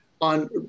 on